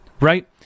right